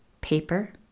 paper